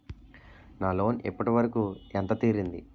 నా లోన్ ఇప్పటి వరకూ ఎంత తీరింది?